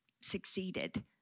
succeeded